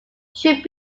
should